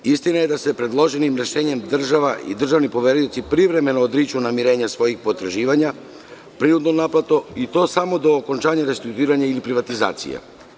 Istina je da se predloženim rešenjem država i državni poverioci privremenu odriču namirenja svojih potraživanja prinudnom naplatom i to samo do okončanja restrukturiranja ili privatizacije.